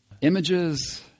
images